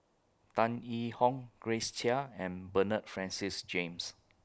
Tan Yee Hong Grace Chia and Bernard Francis James